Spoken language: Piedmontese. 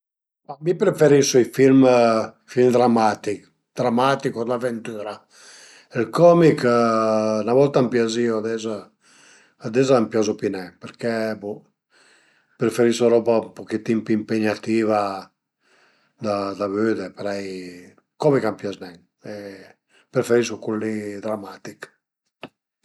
Ma mi preferisu i film i film dramatich, dramatich o d'aventüra, ël comich 'na volta a m'piazìu, ades ades a m'piazu pi nen perché bo, preferisu d'roba ün puchetin pi impegnativa da vëde parei, comich a m'pias nen, preferisu cul li dramatich